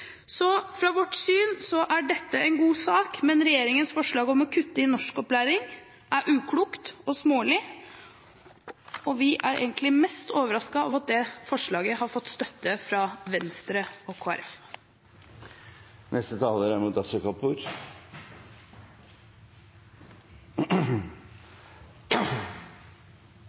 god sak, men regjeringens forslag om å kutte i norskopplæring er uklokt og smålig, og vi er egentlig mest overrasket over at det forslaget har fått støtte fra Venstre og